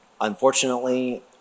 unfortunately